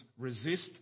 resist